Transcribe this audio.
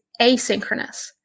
asynchronous